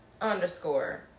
underscore